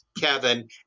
Kevin